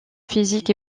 physique